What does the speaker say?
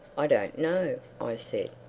i don't know, i said.